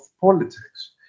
politics